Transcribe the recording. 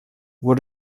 what